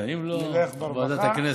נלך לעבודה ורווחה,